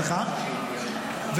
סליחה,